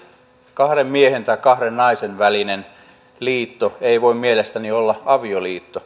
kahden miehen tai kahden naisen välinen liitto ei voi mielestäni olla avioliitto